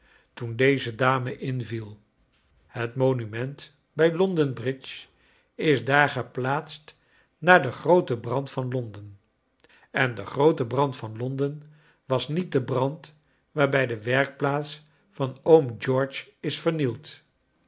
toen deze j dame inviel het monument bij london bridge is daar geplaatst na den grooten brand van london en de groote brand van london was niet de brand waarbij de werkplaats van oom george is vernield